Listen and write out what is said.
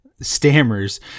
stammers